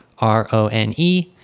R-O-N-E